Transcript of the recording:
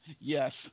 Yes